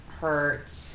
hurt